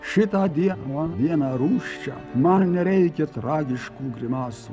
šitą dieną vieną rūsčią man nereikia tragiškų grimasų